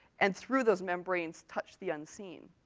and through those membranes touch the unseen.